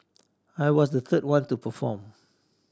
I was the third one to perform